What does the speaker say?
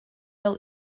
fel